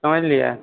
समझलियै